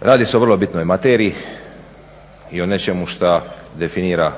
Radi se o vrlo bitnoj materiji i o nečemu šta definira